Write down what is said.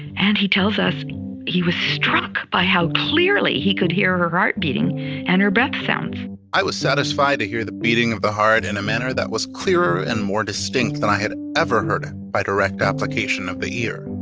and he tells us he was struck by how clearly he could hear her heart beating and her breath sounds i was satisfied to hear the beating of the heart in a manner that was clearer and more distinct than i had ever heard it by direct application of the ear.